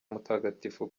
mutagatifu